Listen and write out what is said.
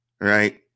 right